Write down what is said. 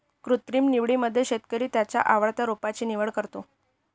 कृत्रिम निवडीमध्ये शेतकरी त्याच्या आवडत्या रोपांची निवड करतो